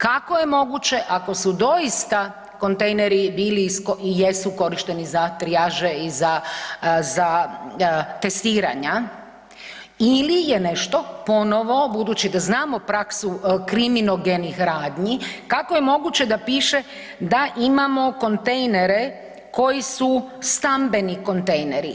Kako je moguće ako su doista kontejneri bili i jesu korišteni za trijaže i za, za testiranja ili je nešto ponovo, budući da znamo praksu kriminogenih radnji, kako je moguće da piše da imamo kontejnere koji su stambeni kontejneri.